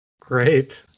Great